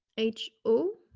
h. o.